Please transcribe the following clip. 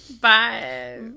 Bye